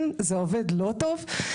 95% של יהודים על-פי חוק שעולים ורק 5%,